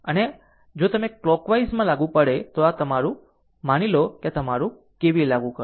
આમ જો તમે કલોકવાઈઝમાં લાગુ પડે તો તમે તેને લો તમારું KVL લાગુ કરો